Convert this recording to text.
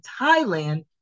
Thailand